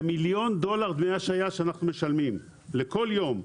זה מיליון דולר דמי השהייה שאנחנו משלמים לכל יום.